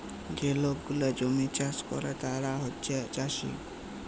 যে লক গুলা জমিতে চাষ ক্যরে তারা হছে চাষী